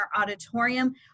Auditorium